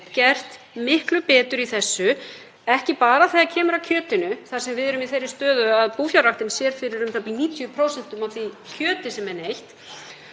gert miklu betur í þessu, ekki bara þegar kemur að kjötinu, þar sem við erum í þeirri stöðu að búfjárrækt sér fyrir u.þ.b. 90% af því kjöti sem er neytt